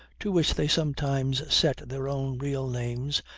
to which they sometimes set their own real names,